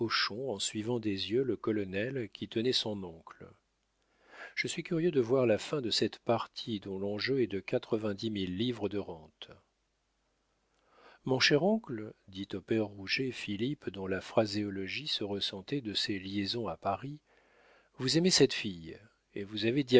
en suivant des yeux le colonel qui tenait son oncle je suis curieux de voir la fin de cette partie dont l'enjeu est de quatre-vingt-dix mille livres de rente mon cher oncle dit au père rouget philippe dont la phraséologie se ressentait de ses liaisons à paris vous aimez cette fille et vous avez diablement